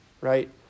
right